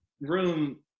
room